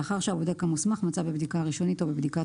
לאחר שהבודק המוסמך מצא בבדיקה הראשונית או בבדיקת